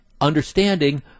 understanding